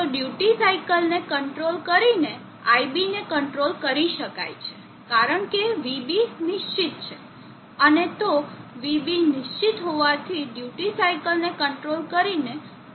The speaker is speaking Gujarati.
તો ડ્યુટી સાઇકલને કંટ્રોલ કરીને iB ને કંટ્રોલ કરી શકાય છે કારણ કે vB નિશ્ચિત છે અને તો vB નિશ્ચિત હોવાથી ડ્યુટી સાઇકલને કંટ્રોલ કરીને પાવર કંટ્રોલ કરી શકાય છે